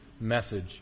message